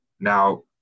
now